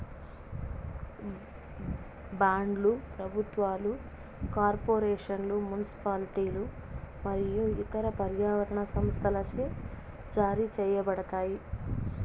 బాండ్లు ప్రభుత్వాలు, కార్పొరేషన్లు, మునిసిపాలిటీలు మరియు ఇతర పర్యావరణ సంస్థలచే జారీ చేయబడతాయి